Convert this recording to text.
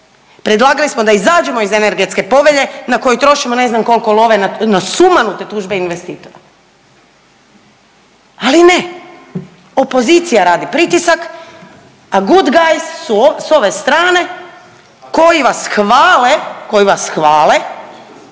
predlagali smo da izađemo iz Energetske povelje na koju trošimo ne znam kolko love na sumanute tužbe investitora, ali ne, opozicija radi pritisak, a goodguys s ove strane koji vas hvale, koji vas hvale